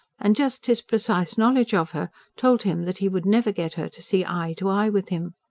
and just his precise knowledge of her told him that he would never get her to see eye to eye with him.